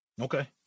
Okay